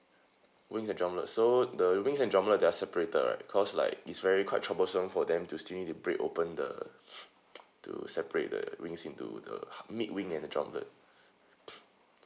wings and drumlets so the wings and drumlets they're separated right cause like is very quite troublesome for them to still need to break open the to separate the wings into the meat wing and the drumlet